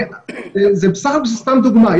זאת סתם דוגמה.